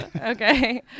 Okay